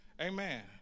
amen